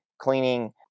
cleaning